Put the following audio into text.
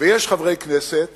ויש חברי כנסת